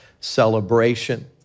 celebration